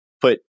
put